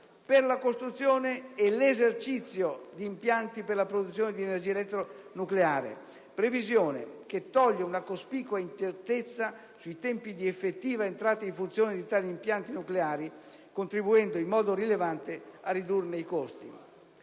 per la costruzione e l'esercizio di impianti per la produzione di energia elettronucleare, previsione che toglie una cospicua incertezza sui tempi di effettiva entrata in funzione di tali impianti nucleari, contribuendo in modo rilevante a ridurne i costi.